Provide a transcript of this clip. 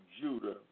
Judah